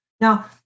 Now